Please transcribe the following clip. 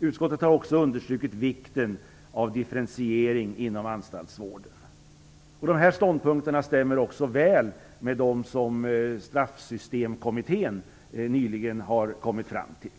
Utskottet har också understrukit vikten av differentiering inom anstaltsvården. De här ståndpunkterna stämmer också väl med dem som Straffsystemkommittén nyligen har kommit fram till.